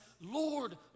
Lord